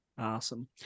Awesome